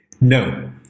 No